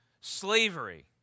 slavery